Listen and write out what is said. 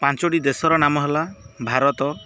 ପାଞ୍ଚଟି ଦେଶର ନାମ ହେଲା ଭାରତ